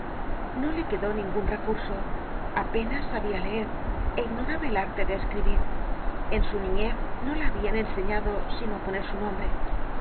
no le quedó ningun recurso apenas sabia leer é ignoraba el arte de escribir en su niñez no la habian enseñado sino a poner su nombre